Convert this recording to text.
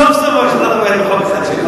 סוף-סוף הממשלה תומכת בהצעת החוק שלי.